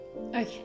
Okay